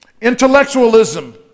intellectualism